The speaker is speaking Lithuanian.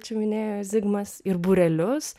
čia minėjo zigmas ir būrelius